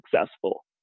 successful